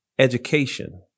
Education